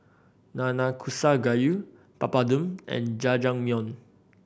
Nanakusa Gayu Papadum and Jajangmyeon